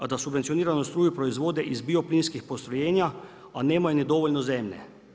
A da subvencioniranu struju proizvode iz bioplinskih postrojenja a nemaju ni dovoljno zemlje.